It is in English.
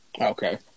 Okay